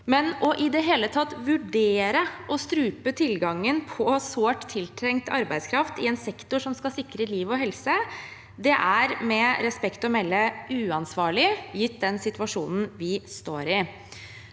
men i det hele tatt å vurdere å strupe tilgangen på sårt tiltrengt arbeidskraft i en sektor som skal sikre liv og helse, er med respekt å melde uansvarlig gitt den situasjonen vi står i.